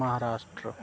Maharashtra